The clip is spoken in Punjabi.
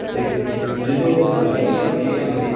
ਅਤੇ ਜਦੋਂ ਗਰਮੀਆਂ ਹੁੰਦੀਆਂ